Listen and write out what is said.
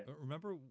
Remember